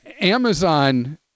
Amazon